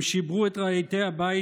הם שיברו את רהיטי הבית,